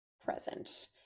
present